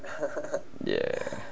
ya